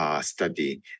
study